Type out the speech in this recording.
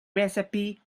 recipe